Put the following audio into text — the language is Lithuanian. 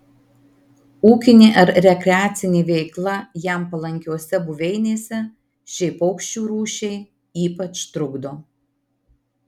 ūkinė ar rekreacinė veikla jam palankiose buveinėse šiai paukščių rūšiai ypač trukdo